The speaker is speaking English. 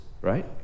right